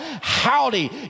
howdy